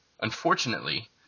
Unfortunately